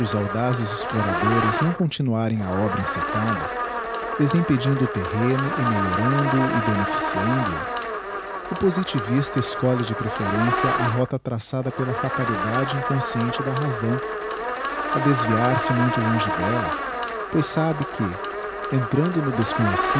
audazes exploradores não continuarem a obra encetada desempedindo o terreno e melhorando o e beneficiando o o positivista escolhe de preferencia a rota traçada pela fatalidade inconsciente da razão adesviarse muito longe delia pois sabe que entrando no